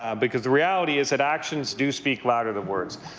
ah because the reality is that actions do speak louder than words.